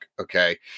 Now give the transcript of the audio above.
Okay